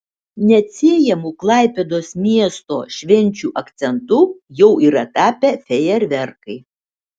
neatsiejamu klaipėdos miesto švenčių akcentu jau yra tapę fejerverkai